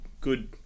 good